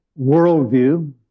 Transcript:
worldview